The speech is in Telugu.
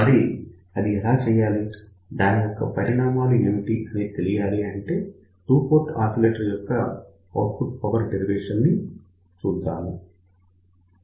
మరి అది ఎలా చేయాలి దాని యొక్క పరిణామాలు ఏమిటి అనేది తెలియాలంటే టుపోర్ట్ ఆసిలేటర్ యొక్క ఔట్పుట్ పవర్ డెరివేషన్ చూద్దాము